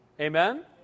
Amen